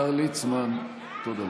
השר ליצמן, תודה.